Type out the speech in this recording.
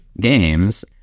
games